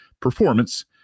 performance